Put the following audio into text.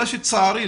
אלא שלצערי,